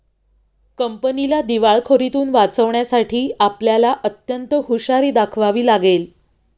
कंपनीला दिवाळखोरीतुन वाचवण्यासाठी आपल्याला अत्यंत हुशारी दाखवावी लागेल